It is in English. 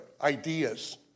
ideas